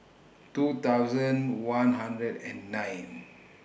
two thousand one hundred and nine